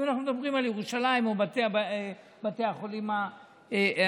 אם אנחנו מדברים על ירושלים ובתי החולים הנצרתיים